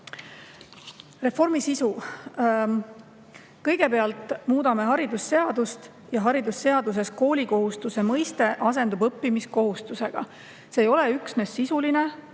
Reformi sisu. Kõigepealt muudame haridusseadust ja haridusseaduses asendub koolikohustuse mõiste õppimiskohustusega. See ei ole üksnes vormiline